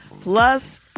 plus